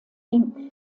inc